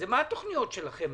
מה התוכניות שלכם?